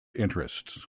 interests